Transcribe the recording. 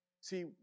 See